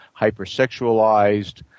hypersexualized